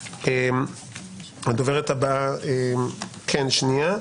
היא אומרת: אני מוכנה לדבר,